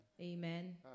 Amen